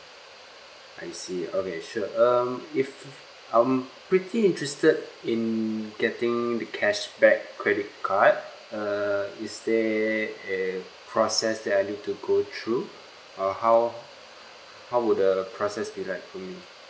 I see okay sure um if I'm pretty interested in getting the cashback credit card uh is there a process that I need to go through uh how how would the process be like mm